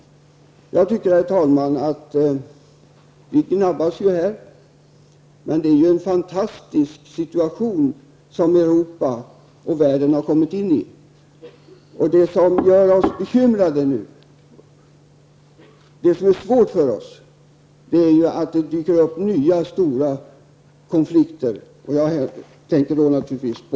Vi gnabbas här, men jag tycker att det är en fantastisk situation som Europa och världen har kommit in i. Det som gör oss bekymrade nu, det som är svårt, är ju att det dyker upp nya stora konflikter, och jag tänker då naturligtvis på